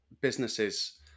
businesses